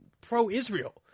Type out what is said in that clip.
pro-Israel